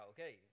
Okay